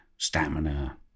Stamina